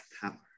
power